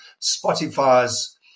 Spotify's